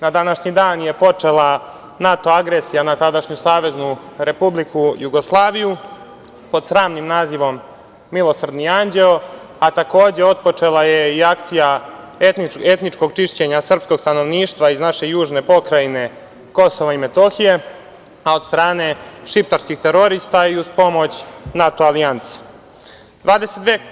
Na današnji dan je počela NATO agresija na tadašnju Saveznu Republiku Jugoslaviju pod sramnim nazivom „Milosrdni anđeo“, a takođe otpočela je i akcija etničkog čišćenja srpskog stanovništva iz naše južne pokrajine Kosova i Metohije, a od strane šiptarskih terorista i uz pomoć NATO alijanse.